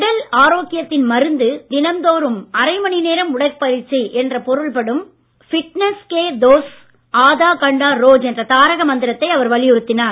உடல் ஆரோக்கியத்தின் மருந்து தினந்தோறும் அரை மணி நேரம் உடற்பயிற்சி என்று பொருள்படும் பிட்னெஸ் கீ டோஸ் ஆதார் கண்ட ரோச் என்ற தாரக மந்திரத்தை அவர் வலியுறுத்தினார்